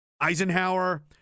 Eisenhower